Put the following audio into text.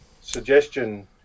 suggestion